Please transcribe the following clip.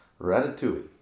Ratatouille